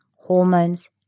hormones